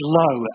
low